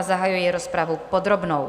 Zahajuji rozpravu podrobnou.